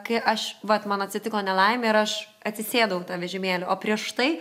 kai aš vat man atsitiko nelaimė ir aš atsisėdau tą vežimėlį o prieš tai